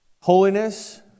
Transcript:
Holiness